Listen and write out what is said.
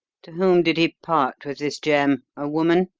to whom did he part with this gem a woman?